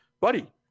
buddy